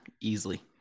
easily